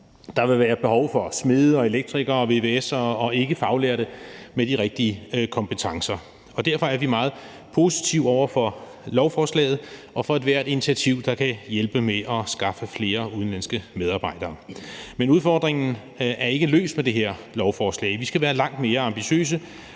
Der vil være behov for smede, elektrikere, vvs'ere og ikkefaglærte med de rigtige kompetencer. Derfor er vi meget positive over for lovforslaget og over for ethvert initiativ, der kan hjælpe med at skaffe flere udenlandske medarbejdere. Men udfordringen er ikke løst med det her lovforslag. Vi skal være langt mere ambitiøse,